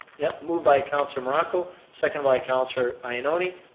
yep, moved by counselor morocco, second by counselor ioannoni.